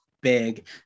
big